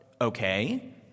Okay